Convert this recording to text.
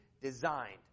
designed